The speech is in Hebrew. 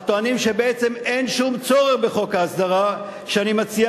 הטוענים שבעצם אין שום צורך בחוק ההסדרה שאני מציע,